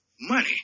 money